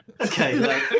okay